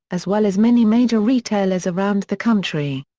as well as many major retailers around the country.